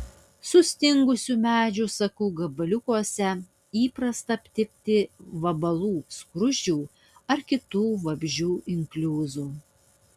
sustingusių medžių sakų gabaliukuose įprasta aptikti vabalų skruzdžių ar kitų vabzdžių inkliuzų